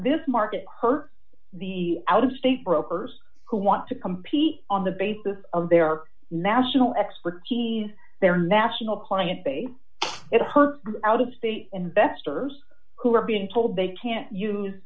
this market hurt the out of state for uppers who want to compete on the basis of their national expertise their national client base it's her out of state investors who are being told they can't use